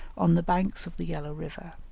on the banks of the yellow river,